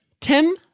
Tim